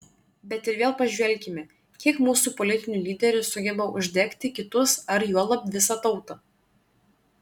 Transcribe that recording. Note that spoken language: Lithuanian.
bet ir vėl pažvelkime kiek mūsų politinių lyderių sugeba uždegti kitus ar juolab visą tautą